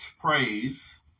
praise